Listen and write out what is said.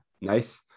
Nice